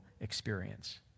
experience